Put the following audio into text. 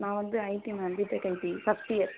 நான் வந்து IT ma'am BTech IT first year